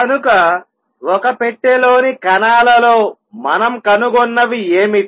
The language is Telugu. కనుకఒక పెట్టెలోని కణాలలో మనం కనుగొన్నవి ఏమిటి